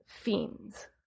Fiends